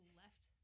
left